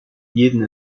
jeden